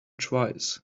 twice